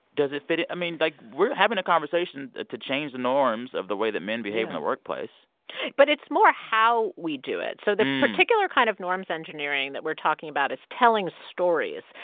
does it fit i mean, like, we're having a conversation to change the norms of the way that men behave in the workplace but it's more how we do it. so the particular kind of norms engineering that we're talking about is telling stories.